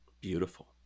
Beautiful